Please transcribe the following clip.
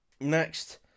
Next